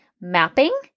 mapping